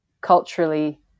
culturally